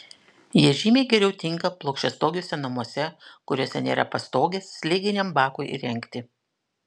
jie žymiai geriau tinka plokščiastogiuose namuose kuriuose nėra pastogės slėginiam bakui įrengti